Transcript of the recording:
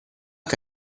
che